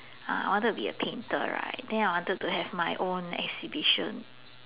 uh I wanted be a painter right then I wanted to have my own exhibition